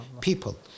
people